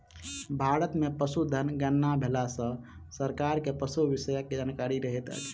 भारत मे पशुधन गणना भेला सॅ सरकार के पशु विषयक जानकारी रहैत छै